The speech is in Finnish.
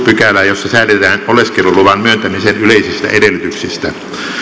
pykälää jossa säädetään oleskeluluvan myöntämisen yleisistä edellytyksistä